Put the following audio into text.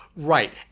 Right